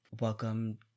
Welcome